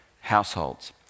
households